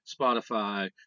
Spotify